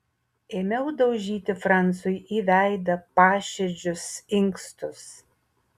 ėmiau daužyti francui į veidą paširdžius inkstus